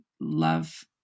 love